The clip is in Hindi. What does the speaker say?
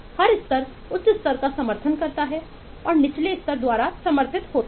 हर स्तर उच्च स्तर का समर्थन करता है और निचले स्तर द्वारा समर्थित होता है